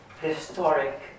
historic